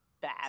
bad